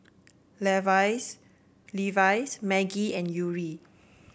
Levi's Maggi and Yuri